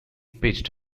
pitched